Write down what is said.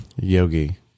Yogi